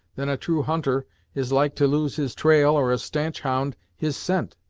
than a true hunter is like to lose his trail, or a stanch hound his scent.